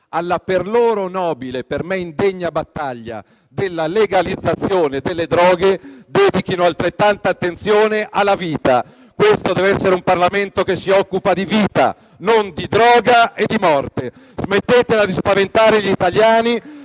alla - per loro nobile, per me indegna - battaglia per la legalizzazione delle droghe, dedichino altrettanta attenzione alla vita. Questo deve essere un Parlamento che si occupa di vita e non di droga e di morte. Smettetela di spaventare gli italiani,